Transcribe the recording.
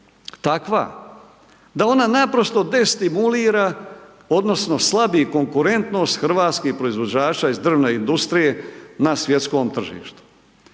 takva da ona naprosto destimulira odnosno slabi konkurentnost hrvatskih proizvođača iz drvne industrije na svjetskom tržištu.